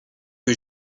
que